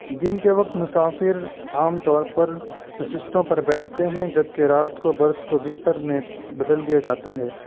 دن کے وقت مسافر عام طور پر نششتوں پر بیٹھتے ہیں جبکہ رات کو برتھ کو بستر میں بدل دیا جاتا ہے